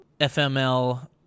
FML